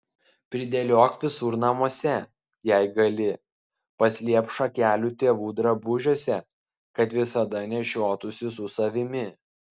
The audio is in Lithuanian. pridėliok visur namuose jei gali paslėpk šakelių tėvų drabužiuose kad visada nešiotųsi su savimi